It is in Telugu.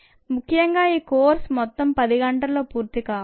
ముఖ్యంగా ఈ కోర్సు మొత్తం 10 గంటల్లో పూర్తి కావాలి